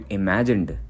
imagined